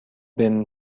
been